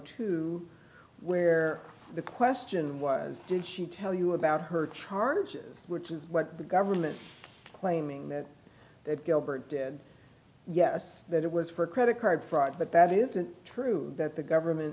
two where the question was did she tell you about her charges which is what the government claiming that gilbert did yes that it was for credit card fraud but that isn't true that the government